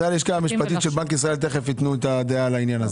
הלשכה המשפטית של בנק ישראל תכף ייתנו את הדעה בעניין.